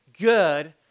good